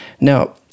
Now